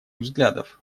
взглядов